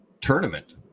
tournament